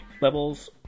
levels